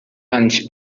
lunch